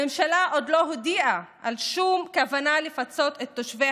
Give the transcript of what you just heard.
הממשלה עוד לא הודיעה על שום כוונה לפצות את תושבי